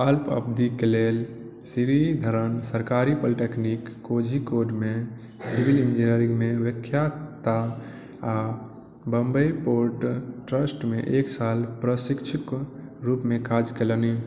अल्प अवधिक लेल श्रीधरन सरकारी पॉलिटेक्निक कोझीकोडमे सिविल इंजीनियरिंगमे व्याख्याता आ बम्बइ पोर्ट ट्रस्टमे एक साल प्रशिक्षुक रूपमे काज कयलनि